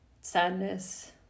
sadness